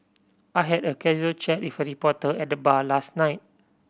I had a casual chat with a reporter at the bar last night